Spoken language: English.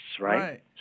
Right